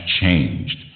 changed